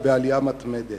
ובעלייה מתמדת.